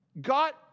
got